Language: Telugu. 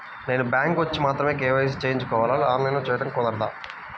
నేను బ్యాంక్ వచ్చి మాత్రమే కే.వై.సి చేయించుకోవాలా? ఆన్లైన్లో చేయటం కుదరదా?